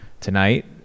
tonight